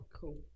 Cool